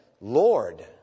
Lord